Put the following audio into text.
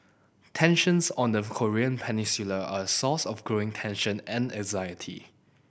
tensions on the Korean Peninsula are a source of growing tension and anxiety